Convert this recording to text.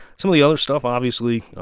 some of the other stuff obviously,